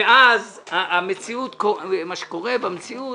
מה שקורה במציאות